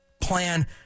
plan